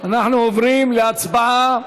אנחנו עוברים להצבעה,